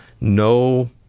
no